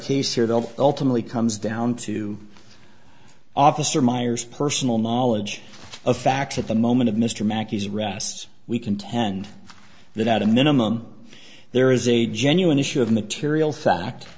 case here they'll ultimately comes down to officer myers personal knowledge of facts at the moment of mr mackey's rest we contend that out a minimum there is a genuine issue of material fact